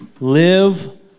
Live